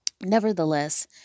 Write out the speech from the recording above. Nevertheless